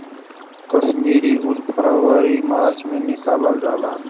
कश्मीरी उन फरवरी मार्च में निकालल जाला